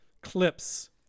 clips